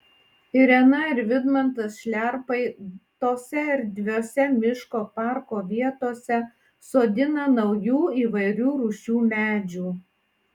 irena ir vidmantas šliarpai tose erdviose miško parko vietose sodina naujų įvairių rūšių medžių